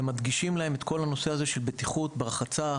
ומדגישים להם את כל הנושא של בטיחות ברחצה,